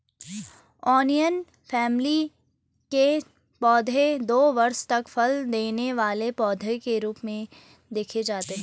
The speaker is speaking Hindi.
ओनियन फैमिली के पौधे दो वर्ष तक फल देने वाले पौधे के रूप में देखे जाते हैं